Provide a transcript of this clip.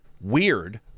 weird